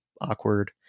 awkward